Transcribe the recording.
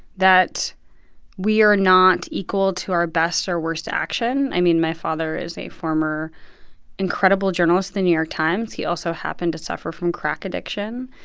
that we are not equal to our best or worst action. i mean, my father is a former incredible journalist, the new york times. he also happened to suffer from crack addiction.